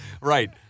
Right